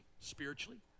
spiritually